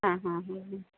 ആ ആ ആ അ